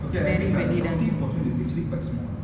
okay I mean but the cooking portion is literally quite small